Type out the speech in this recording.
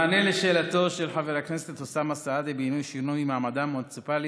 במענה על שאלתו של חבר הכנסת אוסאמה סעדי בעניין שינוי מעמדה המוניציפלי